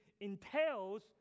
entails